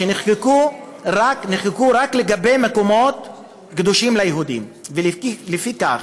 נחקקו רק לגבי מקומות קדושים ליהודים, ולפיכך